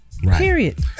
Period